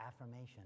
affirmation